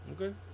Okay